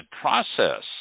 process